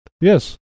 Yes